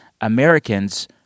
Americans